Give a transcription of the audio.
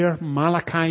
Malachi